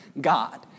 God